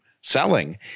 selling